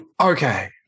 Okay